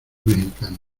mexicano